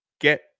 get